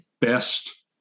best